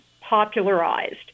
popularized